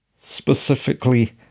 Specifically